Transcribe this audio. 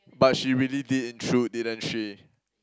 but she really did intrude didn't she